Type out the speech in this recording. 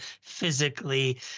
physically